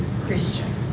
Christian